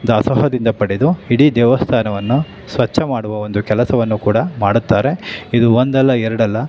ದಾಸೋಹದಿಂದ ಪಡೆದು ಇಡೀ ದೇವಸ್ಥಾನವನ್ನು ಸ್ವಚ್ಛ ಮಾಡುವ ಒಂದು ಕೆಲಸವನ್ನು ಕೂಡ ಮಾಡುತ್ತಾರೆ ಇದು ಒಂದಲ್ಲ ಎರಡಲ್ಲ